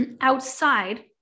outside